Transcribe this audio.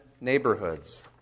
neighborhoods